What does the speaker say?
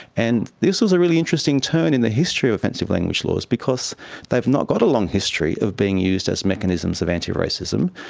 and this was a really interesting turn in the history of offensive language laws because they've not got a long history of being used as mechanisms of antiracism,